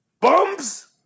Bums